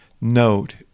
note